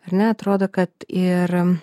ir ne atrodo kad ir